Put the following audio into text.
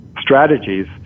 strategies